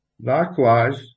Likewise